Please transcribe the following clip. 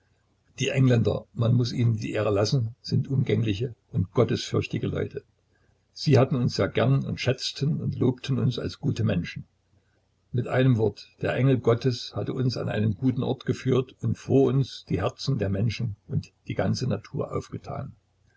die engländer man muß ihnen die ehre lassen sind umgängliche und gottesfürchtige leute sie hatten uns sehr gern und schätzten und lobten uns als gute menschen mit einem wort der engel gottes hatte uns an einen guten ort geführt und vor uns die herzen der menschen und die ganze natur aufgetan